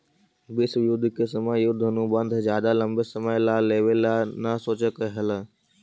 विश्व युद्ध के समय युद्ध अनुबंध ज्यादा लंबे समय ला लेवे ला न सोचकई हल